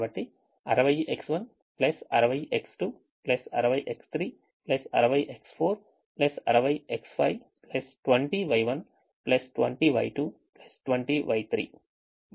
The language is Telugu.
కాబట్టి 60X1 60X2 60X3 60X4 60X5 20Y1 20Y2 20Y3